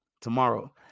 tomorrow